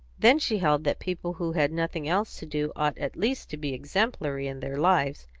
then she held that people who had nothing else to do ought at least to be exemplary in their lives,